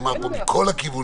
וזה נאמר פה מכול הכיוונים,